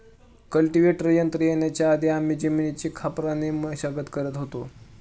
cultivator यंत्र येण्याच्या आधी आम्ही जमिनीची खापराने मशागत करत होतो